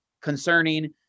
concerning